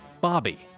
Bobby